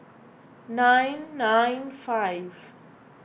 nine nine five